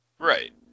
Right